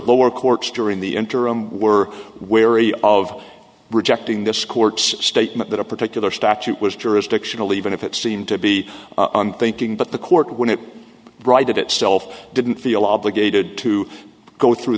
lower courts during the interim were wary of rejecting this court's statement that a particular statute was jurisdictional even if it seemed to be unthinking but the court when it righted itself didn't feel obligated to go through